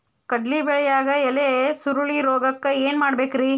ಕಡ್ಲಿ ಬೆಳಿಯಾಗ ಎಲಿ ಸುರುಳಿರೋಗಕ್ಕ ಏನ್ ಮಾಡಬೇಕ್ರಿ?